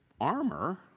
armor